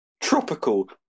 Tropical